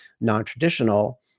non-traditional